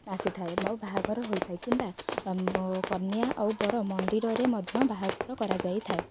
ଆସିଥାଏ ଆଉ ବାହାଘର ହୋଇଥାଏ କିମ୍ବା କନ୍ୟା ଆଉ ବର ମନ୍ଦିରରେ ମଧ୍ୟ ବାହାଘର କରାଯାଇଥାଏ